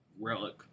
Relic